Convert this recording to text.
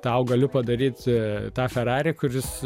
tau galiu padaryt tą ferari kuris